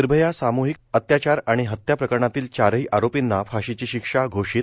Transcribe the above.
निर्भया सामुहिक अत्याचार आणि हत्या प्रकरणातील चारही आरोपिंना फाशीची शिक्षा घोषित